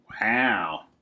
Wow